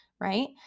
right